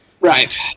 Right